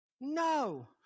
No